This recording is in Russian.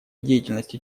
деятельности